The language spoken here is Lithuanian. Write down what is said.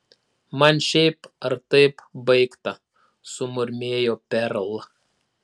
man šiaip ar taip baigta sumurmėjo perl